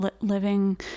living